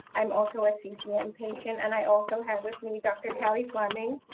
i'm also a ccm patient. and i also have with me dr. kelly flemming,